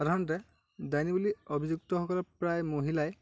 সাধাৰণতে ডাইনী বুলি অভিযুক্ত প্ৰায় মহিলাই